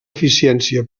eficiència